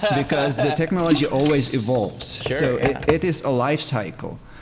because the technology always evolves so it is a lifecycle.